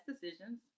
decisions